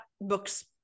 books –